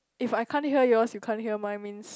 if I can't hear yours you can't hear mine means